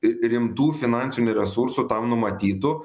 rimtų finansinių resursų tam numatytų